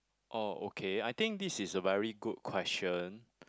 oh okay I think this is a very good question